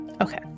Okay